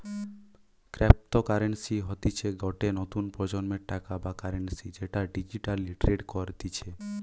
cryptocurrency হতিছে গটে নতুন প্রজন্মের টাকা বা কারেন্সি যেটা ডিজিটালি ট্রেড করতিছে